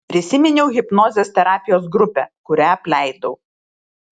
prisiminiau hipnozės terapijos grupę kurią apleidau